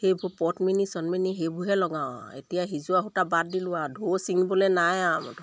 সেইবোৰ পদ্মিনী চদ্মিনি সেইবোৰহে লগাওঁ এতিয়া সিজোৱা সূতা বাদ দিলোঁ আৰু ধুও ছিগিবলৈ নাই আৰ মুঠতে